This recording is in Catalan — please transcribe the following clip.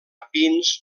pins